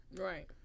Right